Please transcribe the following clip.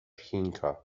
chinka